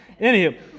Anywho